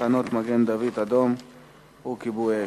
תחנות מגן-דוד-אדום וכיבוי אש.